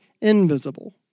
invisible